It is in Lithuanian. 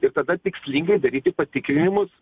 ir tada tikslinga daryti patikrinimus